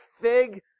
fig